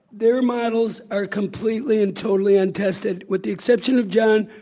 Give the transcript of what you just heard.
their models are completely and totally untested, with the exception of john,